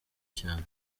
cyane